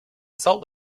salt